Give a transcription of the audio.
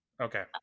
Okay